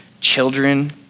children